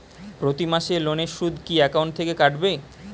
প্রতি মাসে লোনের সুদ কি একাউন্ট থেকে কাটবে?